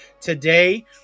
today